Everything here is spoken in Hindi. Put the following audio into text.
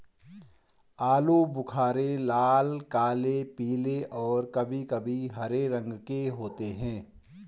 आलू बुख़ारे लाल, काले, पीले और कभी कभी हरे रंग के होते हैं